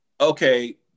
Okay